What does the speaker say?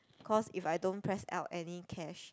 cause if I don't press out any cash